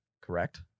Correct